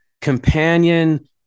companion